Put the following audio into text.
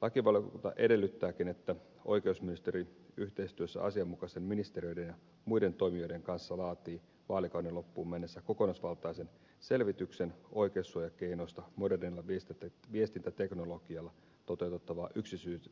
lakivaliokunta edellyttääkin että oikeusministeri yhteistyössä asianmukaisten ministeriöiden ja muiden toimijoiden kanssa laatii vaalikauden loppuun mennessä kokonaisvaltaisen selvityksen oikeussuojakeinoista modernilla viestintäteknologialla toteutettavaa